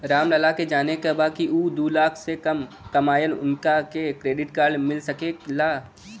राम लाल के जाने के बा की ऊ दूलाख से कम कमायेन उनका के क्रेडिट कार्ड मिल सके ला?